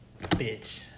Bitch